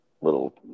little